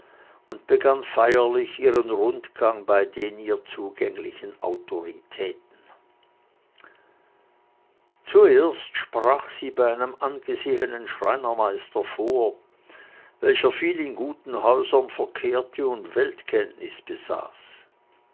und begann feierlich ihren rundgang bei den ihr zugänglichen autoritäten zuerst sprach sie bei einem angesehenen schreinermeister vor welcher viel in guten häusern verkehrte und weltkenntnis besaß